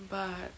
but